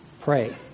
pray